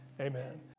amen